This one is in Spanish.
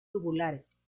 tubulares